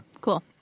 Cool